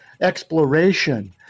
exploration